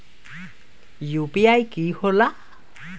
UPI कि होला?